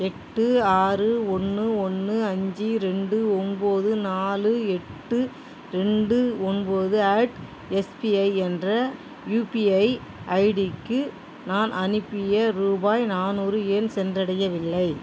எட்டு ஆறு ஒன்று ஒன்று அஞ்சு ரெண்டு ஒம்போது நாலு எட்டு ரெண்டு ஒன்பது அட் எஸ்பிஐ என்ற யூபிஐ ஐடிக்கு நான் அனுப்பிய ரூபாய் நானூறு ஏன் சென்றடையவில்லை